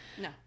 No